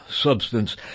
substance